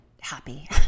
happy